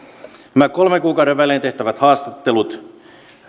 nämä kolmen kuukauden välein tehtävät haastattelut